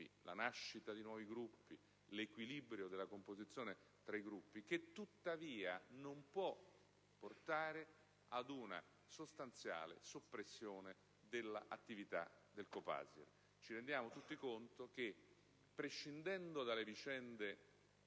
la nascita di nuovi Gruppi, l'equilibrio della composizione tra i Gruppi - che tuttavia non può portare ad una sostanziale soppressione dell'attività del Copasir. Ci rendiamo tutti conto che, prescindendo in